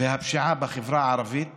והפשיעה בחברה הערבית